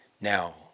Now